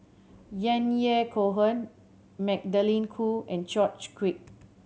Yahya Cohen Magdalene Khoo and George Quek